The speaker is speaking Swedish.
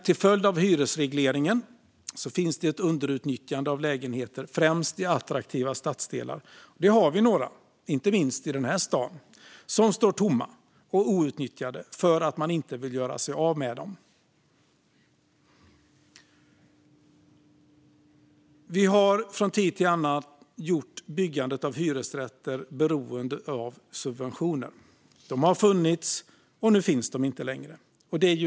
Till följd av hyresregleringen finns det ett underutnyttjande av lägenheter, främst i attraktiva stadsdelar. Vi har några sådana, inte minst i den här staden, som står tomma och outnyttjade för att man inte vill göra sig av med dem. Vi har från tid till annan gjort byggandet av hyresrätter beroende av subventioner. De har funnits, och nu finns de inte längre.